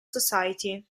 society